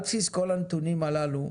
על בסיס כל הנתונים הללו,